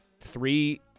Three